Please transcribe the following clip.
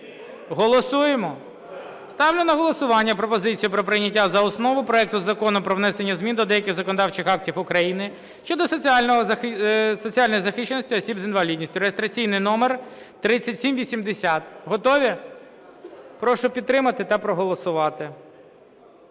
Голосуємо? Ставлю на голосування пропозицію про прийняття за основу проекту Закону про внесення змін до деяких законодавчих актів України щодо соціальної захищеності осіб з інвалідністю (реєстраційний номер 3780). Готові? Прошу підтримати та проголосувати.